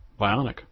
bionic